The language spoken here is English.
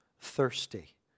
thirsty